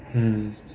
mm